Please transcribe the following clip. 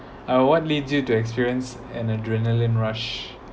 uh what lead you to experience an adrenaline rush